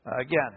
Again